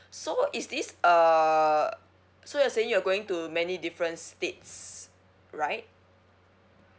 so is this uh so you're saying you're going to many different states right